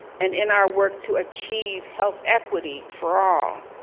and in our work to achieve health equity for all.